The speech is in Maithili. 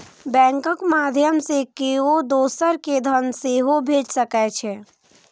बैंकक माध्यय सं केओ दोसर कें धन सेहो भेज सकै छै